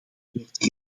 werd